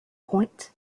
point